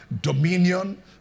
dominion